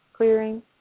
clearing